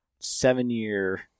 seven-year